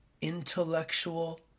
intellectual